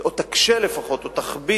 או תקשה לפחות, או תכביד,